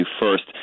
first